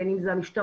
בין עם זה העירייה,